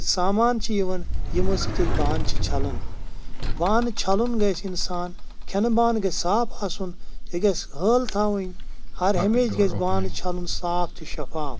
یہِ سامان چھِ یِوان یِمو سۭتۍ أسۍ بانہٕ چھِ چَھلان بانہٕ چَھلُن گَژھِ اِنسان کھٮ۪نہٕ بانہٕ گَژھِ صاف آسُن یہِ گَژھِ ہٲل تھاوٕنۍ ہَر ہمیٛش گَژھِ بانہٕ چَھلُن صاف تہِ شَفاف